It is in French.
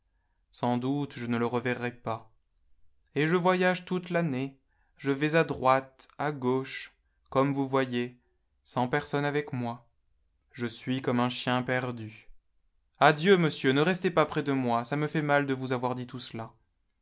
sans doute je ne le reverrai pas et je voyage toute l'année je vais à droite à gauche comme vous voyez sans personne avec moi je suis comme un chien perdu adieu monsieur ne restez pas près de moi vi me lait mal de vous avoir dit tout cela